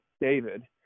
David